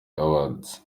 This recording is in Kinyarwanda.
awards